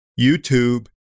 YouTube